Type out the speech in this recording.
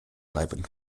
bleiben